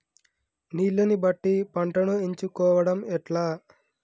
నీళ్లని బట్టి పంటను ఎంచుకోవడం ఎట్లా?